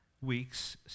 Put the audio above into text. weeks